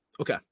Okay